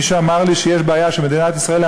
מישהו אמר לי שיש בעיה שמדינת ישראל היא